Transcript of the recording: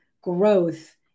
growth